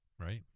right